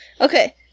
Okay